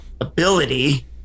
ability